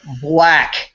Black